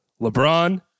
LeBron